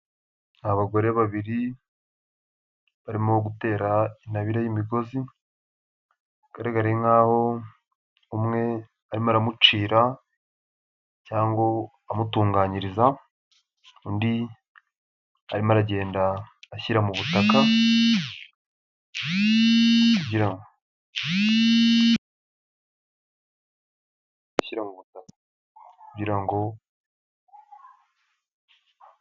Abagore babiri barimo gutera intabire y'imigozi, igaragare nkaho umwe arimo aramucira cyangwa amutunganyiriza, undi arimo aragenda ashyira mu butaka kugira ngo.